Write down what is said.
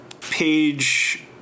page